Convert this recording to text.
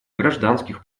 гражданских